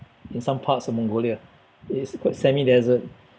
in some parts of Mongolia it's called semi-desert